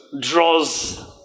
Draws